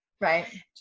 right